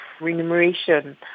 remuneration